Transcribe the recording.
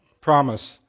promise